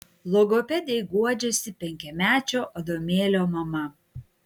logopedei guodžiasi penkiamečio adomėlio mama